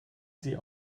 sie